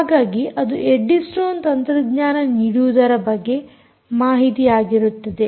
ಹಾಗಾಗಿ ಅದು Eddystone ತಂತ್ರಜ್ಞಾನ ನೀಡುವುದರ ಬಗ್ಗೆ ಮಾಹಿತಿಯಾಗಿರುತ್ತದೆ